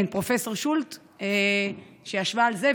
כן, פרופ' שולט, שישבה על זה.